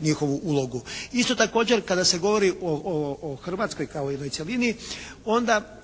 njihovu ulogu. Isto također kada se govori o Hrvatskoj kao jednoj cjelini onda